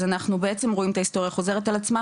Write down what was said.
אז אנחנו בעצם רואים את ההיסטוריה חוזרת על עצמה